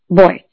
boy